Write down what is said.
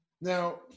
now